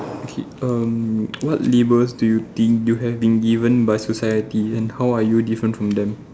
okay um what labels do you think you have been given by society and how are you different from them